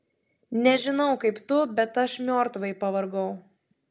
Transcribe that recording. nežinau kaip tu bet aš miortvai pavargau